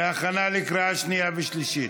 להכנה לקריאה שנייה ושלישית.